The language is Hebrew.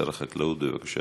בבקשה,